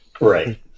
Right